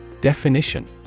Definition